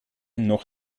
noch